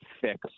fix